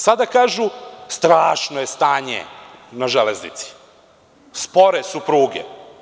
Sada kažu – strašno je stanje na železnici, spore su pruge.